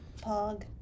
Pog